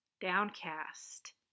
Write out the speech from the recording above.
Downcast